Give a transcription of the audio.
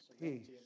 Peace